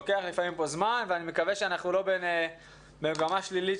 לפעמים לוקח כאן זמן ואני מקווה שאנחנו לא במגמה שלילית